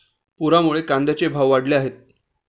पुरामुळे कांद्याचे भाव वाढले आहेत